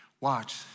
Watch